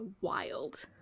wild